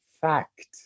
fact